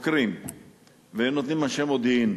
חוקרים ונותנים אנשי מודיעין